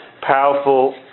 powerful